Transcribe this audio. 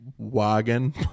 wagon